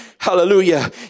Hallelujah